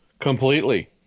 Completely